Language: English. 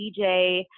DJ